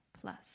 plus